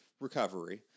recovery